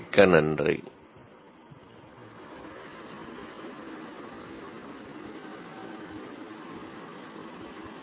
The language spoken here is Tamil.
Thank you very much